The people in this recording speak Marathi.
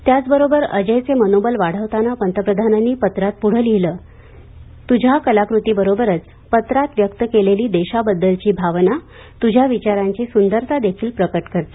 त्याचबरोबर अजयचे मनोबल वाढवताना पंतप्रधानांनी पत्रात पुढे लिहिले आहे तुझ्या कलाकृतीबरोबरच पत्रात व्यक्त केलेली देशाबद्दलची भावना तुझ्या विचारांची सुंदरता देखील प्रकट करते